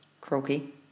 croaky